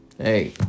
Hey